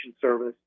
Service